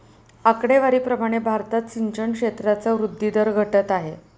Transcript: आकडेवारी प्रमाणे भारतात सिंचन क्षेत्राचा वृद्धी दर घटत आहे